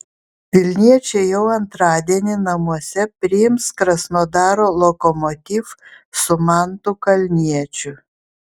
vilniečiai jau antradienį namuose priims krasnodaro lokomotiv su mantu kalniečiu